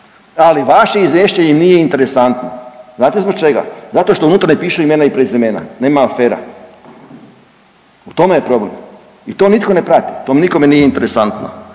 ali vaše izvješće im nije interesantno, znate zbog čega? Zato što unutra ne pišu imena i prezimena, nema afera, u tome je problem i to nitko ne prati, to nikome nije interesantno.